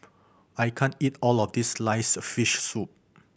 I can't eat all of this sliced fish soup